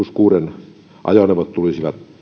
plus kuusi ajoneuvot tulisivat